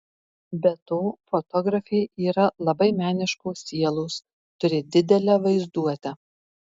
be to fotografė yra labai meniškos sielos turi didelę vaizduotę